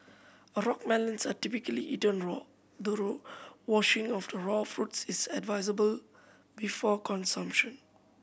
a rock melons are typically eaten raw thorough washing of the raw fruits is advisable before consumption